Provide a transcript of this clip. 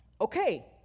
okay